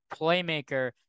playmaker